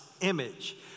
image